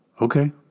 Okay